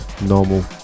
normal